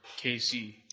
KC